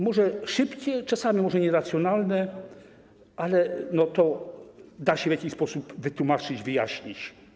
Może szybciej, czasami może nieracjonalnie, ale to da się w jakiś sposób wytłumaczyć, wyjaśnić.